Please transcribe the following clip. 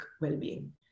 well-being